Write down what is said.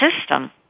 system